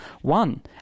one